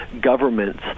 governments